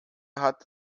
hat